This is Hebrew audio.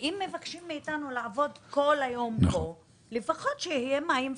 אם מבקשים מאיתנו לעבוד פה כל היום שלפחות יהיה מים וקפה.